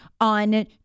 on